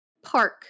park